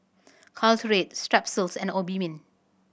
Caltrate Strepsils and Obimin